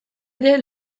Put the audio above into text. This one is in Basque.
ere